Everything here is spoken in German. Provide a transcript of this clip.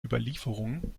überlieferung